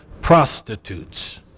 prostitutes